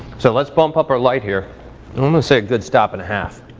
so let's bump up our light here, and i'm gonna say a good stop and a half.